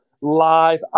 live